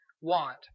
want